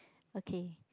okay